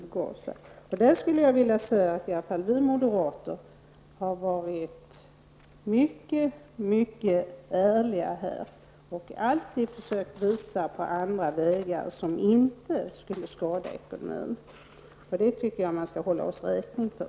Men vi moderater har varit mycket ärliga i detta sammanhang och alltid försökt anvisa andra vägar som inte skulle skada ekonomin. Det tycker jag att man skall hålla oss räkning för.